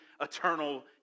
eternal